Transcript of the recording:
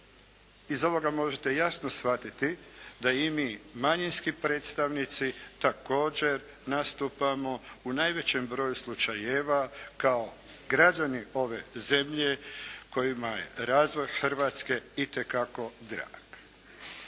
iz ovoga možete jasno shvatiti da i mi manjinski predstavnici također nastupamo u najvećem broju slučajeva kao građani ove zemlje kojima je razvoj Hrvatske itekako drag.